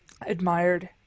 admired